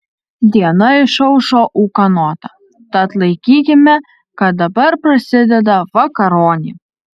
diena išaušo ūkanota tad laikykime kad dabar prasideda vakaronė